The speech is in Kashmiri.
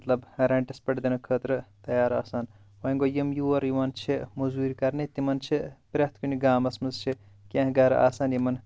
مطلب ریٚنٹس پٮ۪ٹھ دِنہٕ خٲطرٕ تیار آسان وۄنۍ گوٚو یِم یور یِوان چھِ موٚزوٗرۍ کرنہِ تِمن چھِ پٛرٮ۪تھ کُنہِ گامَس منٛز چھِ کینٛہہ گرٕ آسان یِمَن